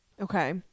Okay